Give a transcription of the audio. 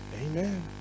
Amen